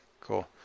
Cool